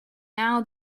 now